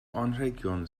anrhegion